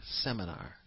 seminar